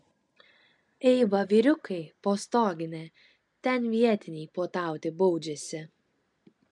eiva vyriukai po stogine ten vietiniai puotauti baudžiasi